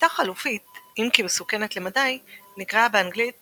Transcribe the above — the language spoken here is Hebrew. שיטה חלופית אם כי מסוכנת למדי ונקראה באנגלית